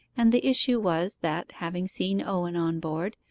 and the issue was, that, having seen owen on board,